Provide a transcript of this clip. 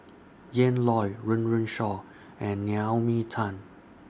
Ian Loy Run Run Shaw and Naomi Tan